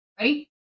Ready